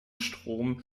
strom